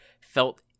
felt